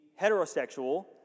heterosexual